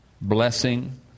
blessing